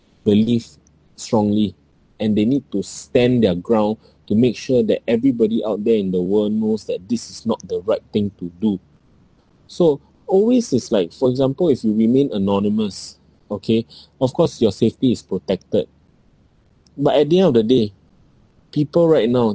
believe strongly and they need to stand their ground to make sure that everybody out there in the world knows that this is not the right thing to do so always is like for example if you remain anonymous okay of course your safety is protected but at the end of the day people right now